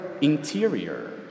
interior